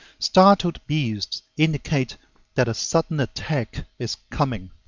startled beasts indicate that a sudden attack is coming.